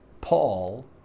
Paul